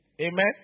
Amen